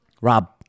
Rob